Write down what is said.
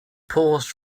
paused